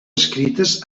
escrites